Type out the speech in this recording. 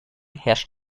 herrscht